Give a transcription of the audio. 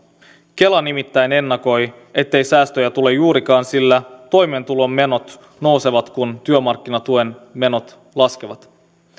kela nimittäin ennakoi ettei säästöjä tule juurikaan sillä toimeentulotuen menot nousevat kun työmarkkinatuen menot laskevat